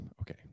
okay